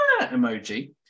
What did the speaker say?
emoji